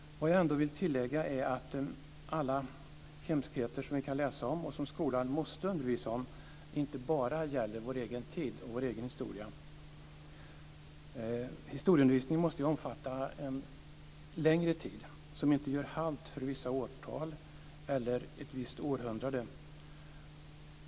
Vad jag ändå vill tillägga är att alla hemskheter som vi kan läsa om och som skolan måste undervisa om inte bara gäller vår egen tid och vår egen historia. Historieundervisningen måste ju omfatta en längre tid och inte göra halt för vissa årtal eller ett visst århundrade.